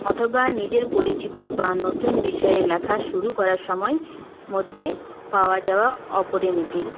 অথবা নিজের পরিচিত বা নতুন বিষয়ে লেখা শুরু করার সময় মধ্যে পাওয়া যাওয়া অপরিমিতির